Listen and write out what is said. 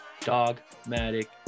dogmatic